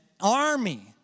army